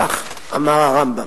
כך אמר הרמב"ם.